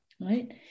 right